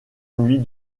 nuit